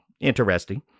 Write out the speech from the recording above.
interesting